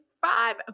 five